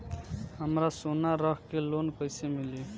हमरा सोना रख के लोन कईसे मिली?